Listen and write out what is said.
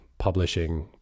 publishing